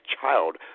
child